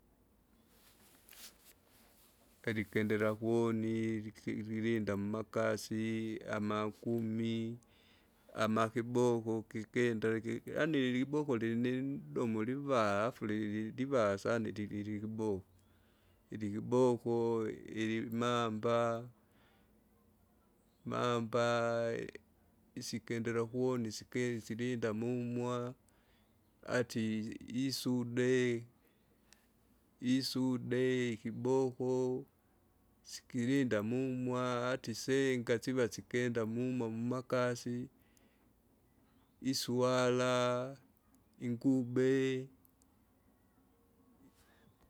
elikendera kwoni liki lilinda mmakasi, amakumi, amakiboko kikindiraki, yaani iliboko lilindomo livaha alafu lili lilava sana ili- ilikiboko. Ilikiboko ilimamaba, mamba, isikendera ukuoni isike silinda mumwa, ati isude, isude ikiboko, sikilinda mumwa ata isenga, siva sikenda mumwa mumakasi, iswara, ingube.